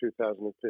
2015